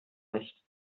nicht